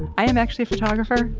i'm actually a photographer.